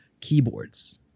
keyboards